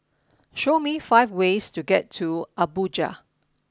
show me five ways to get to Abuja